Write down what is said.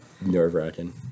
nerve-wracking